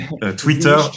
Twitter